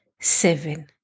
seven